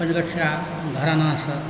पञ्चगछिया घरानासँ